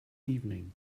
evening